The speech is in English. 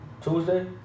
Tuesday